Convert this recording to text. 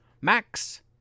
Max